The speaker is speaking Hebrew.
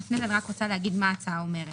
אבל לפני זה אני רק רוצה להגיד מה ההצעה אומרת.